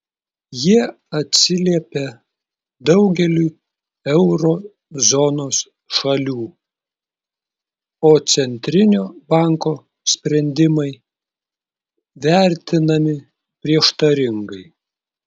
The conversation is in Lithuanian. jie atsiliepia daugeliui euro zonos šalių o centrinio banko sprendimai vertinami prieštaringai